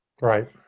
Right